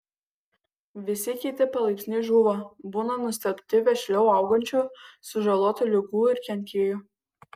visi kiti palaipsniui žūva būna nustelbti vešliau augančių sužaloti ligų ir kenkėjų